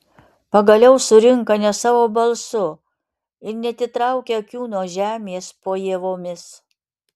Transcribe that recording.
pagaliau surinka ne savo balsu ir neatitraukia akių nuo žemės po ievomis